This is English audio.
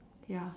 ya